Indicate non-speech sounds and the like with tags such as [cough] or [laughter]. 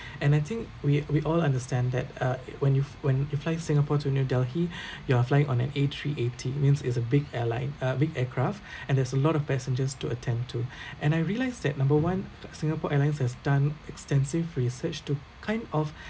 and I think we we all understand that uh when you when you fly singapore to new delhi [breath] you are flying on an a three eighty means it's a big airline uh big aircraft [breath] and there's a lot of passengers to attend to [breath] and I realise that number one Singapore Airlines has done extensive research to kind of [breath]